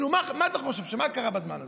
מה אתה חושב שקרה בזמן הזה?